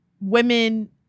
women